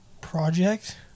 Project